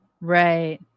right